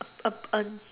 a